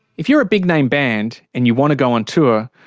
if you're a big-name band and you want to go on tour,